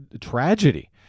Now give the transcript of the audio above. tragedy